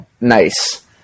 nice